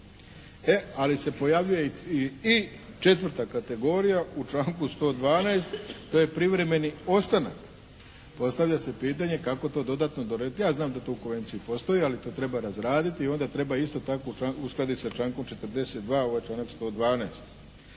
e ali se pojavljuje i četvrta kategorija u članku 112. to je privremeni ostanak. Postavlja se pitanje kako to dodatno, ja znam da to u konvenciji postoji ali to treba razraditi i onda treba isto tako uskladiti sa člankom 42. ovaj članak 112.